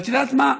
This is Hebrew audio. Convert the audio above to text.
ואת יודעת מה,